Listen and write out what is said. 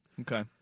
Okay